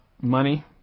money